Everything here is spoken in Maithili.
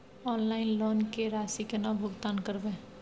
ऑनलाइन लोन के राशि केना भुगतान करबे?